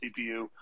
CPU